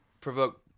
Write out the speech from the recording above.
provoke